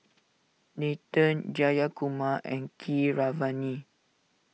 Nathan Jayakumar and Keeravani